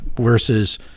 Versus